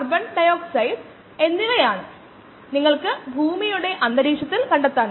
12000 litre ശേഷിയുള്ള ഒരു tank നമുക്ക് പരിഗണിക്കാം